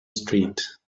street